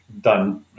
done